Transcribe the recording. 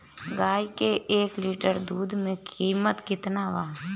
गाय के एक लीटर दूध के कीमत केतना बा?